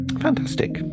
fantastic